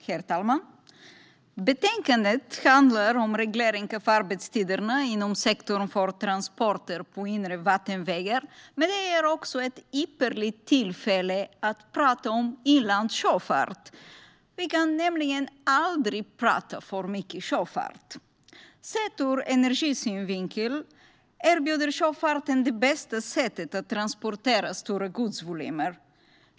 Herr talman! Betänkandet handlar om reglering av arbetstiderna inom sektorn för transporter på inre vattenvägar, men det ger också ett ypperligt tillfälle att tala om inlandssjöfart. Vi kan nämligen aldrig tala för mycket om sjöfart. Sett ur energisynpunkt erbjuder sjöfarten det bästa sättet att transportera stora godsvolymer.